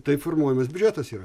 taip formuojamas biudžetas yra